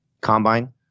combine